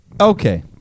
Okay